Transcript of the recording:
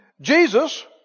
Jesus